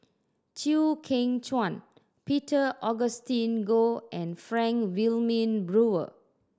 Chew Kheng Chuan Peter Augustine Goh and Frank Wilmin Brewer